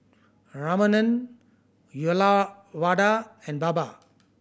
Ramanand Uyyalawada and Baba